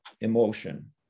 emotion